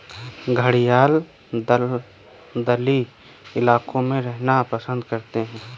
घड़ियाल दलदली इलाकों में रहना पसंद करते हैं